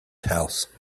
house